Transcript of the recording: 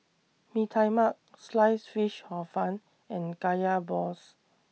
Mee Tai Mak Sliced Fish Hor Fun and Kaya Balls